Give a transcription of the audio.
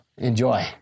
Enjoy